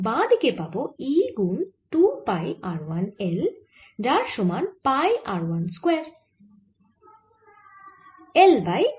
বাঁ দিকে পাবো E গুন 2 পাই r 1 l যার সমান pi r square l by epsilon 0